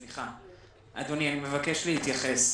אדוני, אני מבקש להתייחס.